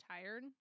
tired